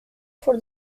for